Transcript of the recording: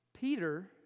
Peter